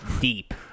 deep